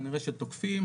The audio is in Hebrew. כנראה של תוקפים,